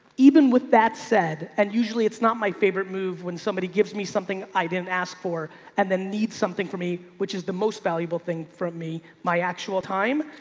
even with that said, and usually it's not my favorite move. when somebody gives me something i didn't ask for and then need something from me, which is the most valuable thing from me, my actual time,